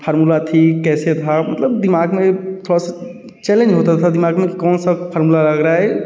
formula थी कैसे था मतलब दिमाग में थोड़ा सा चैलेंज होता था दिमाग में कि कौन सा फर्मुला लग रहा है ये